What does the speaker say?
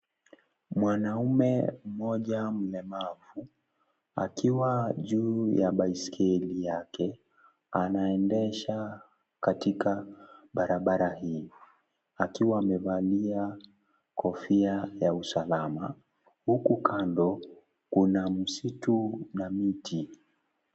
Mwanaume mmoja mlemavu, akiwa juu ya baiskeli yake, anaendesha katika barabara hii, akiwa amevalia kofia ya usalama, huku kando kuna msitu na miti.